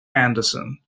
anderson